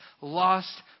lost